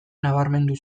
nabarmendu